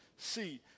See